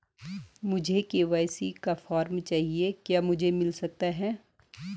मुझे के.वाई.सी का फॉर्म चाहिए क्या मुझे मिल सकता है?